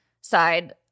side